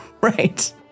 Right